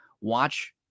Watch